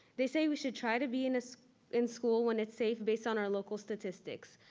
they say we should try to be in so in school when it's safe, based on our local statistics.